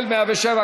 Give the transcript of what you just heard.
כולל 107,